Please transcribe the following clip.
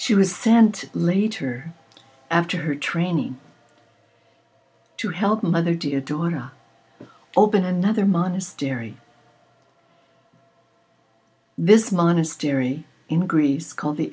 she was sand later after her training to help mother dear daughter open another monastery this monastery in greece called the